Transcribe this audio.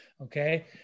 Okay